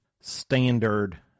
standard